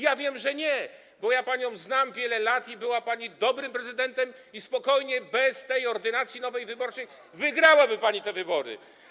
Ja wiem, że nie, bo ja panią znam wiele lat i była pani dobrym prezydentem, i spokojnie bez tej nowej ordynacji wyborczej wygrałaby pani te wybory.